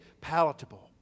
palatable